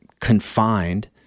confined